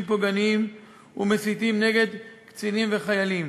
פוגעניים ומסיתים נגד קצינים וחיילים